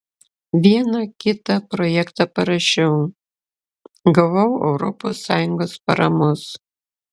vieną kitą projektą parašiau gavau europos sąjungos paramos